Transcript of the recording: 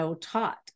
taught